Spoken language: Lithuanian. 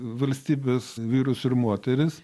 valstybės vyrus ir moteris